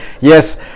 Yes